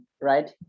Right